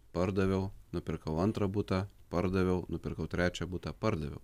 pardaviau nupirkau antrą butą pardaviau nupirkau trečią butą pardaviau